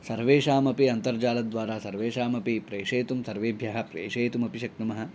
सर्वेषामपि अन्तर्जालद्वारा सर्वेषाम् अपि प्रेषयितुं सर्वेभ्यः प्रेषयितुमपि शक्नुमः